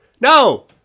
No